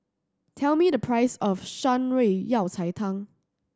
tell me the price of Shan Rui Yao Cai Tang